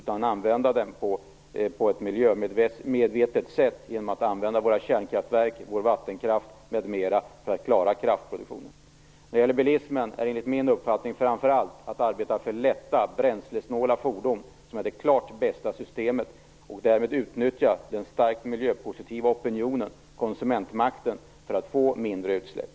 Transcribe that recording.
I stället skall vi på ett miljömedvetet sätt använda våra kärnkraftverk, vår vattenkraft m.m. för att klara kraftproduktionen. När det gäller bilismen skall vi famför allt arbeta för lätta bränslesnåla fordon. Det är det klart bästa systemet. Därmed kan man utnyttja den starkt miljöpositiva opinionen, konsumentmakten, för att få mindre utsläpp.